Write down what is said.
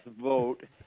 vote